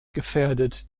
gefährdet